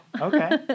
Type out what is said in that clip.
Okay